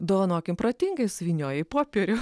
dovanokim protingai suvynioji į popierių